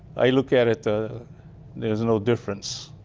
i look at it, ah there's no difference.